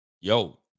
yo